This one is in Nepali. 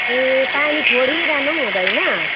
ए पानी छोडिरहनु पनि हुँदैन